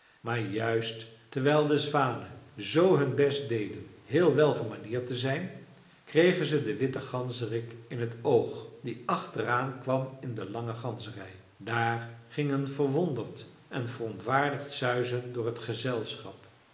maar juist terwijl de zwanen zoo hun best deden heel welgemanierd te zijn kregen ze den witten ganzerik in t oog die achteraan kwam in de lange ganzenrij daar ging een verwonderd en verontwaardigd suizen door t gezelschap